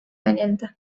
verildi